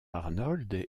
arnold